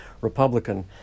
Republican